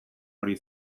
hori